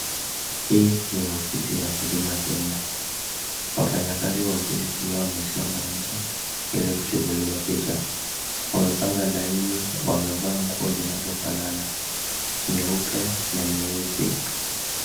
Hii ni ofisi ya Huduma Kenya. Wafanyakazi wa ofisi hiyo wamesimama nje ili kuchukuliwa picha. wamepanga laini. Wamevaa nguo zinazofanana, nyeupe na nyeusi.